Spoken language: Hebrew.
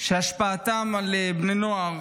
שהשפעתם על בני נוער